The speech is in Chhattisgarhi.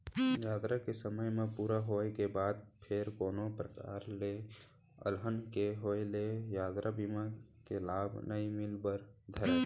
यातरा के समे ह पूरा होय के बाद फेर कोनो परकार ले अलहन के होय ले यातरा बीमा के लाभ नइ मिले बर धरय